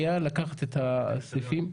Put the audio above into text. ועדת הפנים והגנת הסביבה,